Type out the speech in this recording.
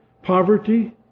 Poverty